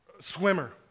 swimmer